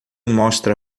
mostra